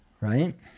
right